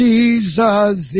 Jesus